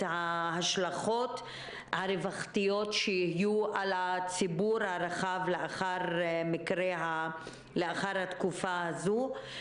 ההשלכות הרווחתיות שיהיו על הציבור הרחב לאחר התקופה הזו.